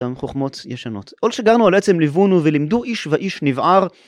גם חכמות ישנות. עוד שגרנו על עצם לבונו ולמדו איש ואיש נבער.